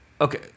okay